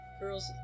girls